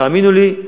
תאמינו לי,